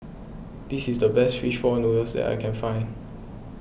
this is the best Fish Ball Noodles that I can find